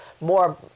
more